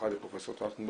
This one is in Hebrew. במיוחד לפרופ' טרכטנברג,